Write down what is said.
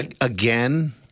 Again